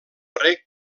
reg